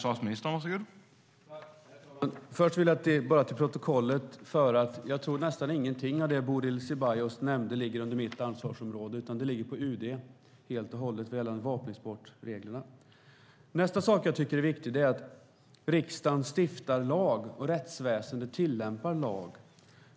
Herr talman! Först vill jag bara få fört till protokollet att jag tror att nästan ingenting av det som Bodil Ceballos nämnde ligger under mitt ansvarsområde, utan det ligger helt och hållet på UD gällande vapenexportreglerna. Nästa sak som jag tycker är viktig är att riksdagen stiftar lag och att rättsväsendet tillämpar lag.